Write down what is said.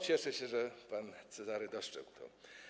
Cieszę się, że pan Cezary dostrzegł to.